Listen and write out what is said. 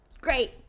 Great